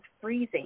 freezing